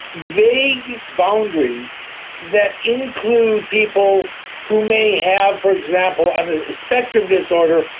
vague boundaries that include people who may have, for example, and a spectrum disorder,